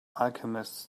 alchemists